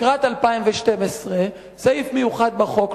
לקראת 2012. סעיף מיוחד בחוק,